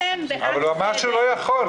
אבל הוא אמר שהוא לא יכול.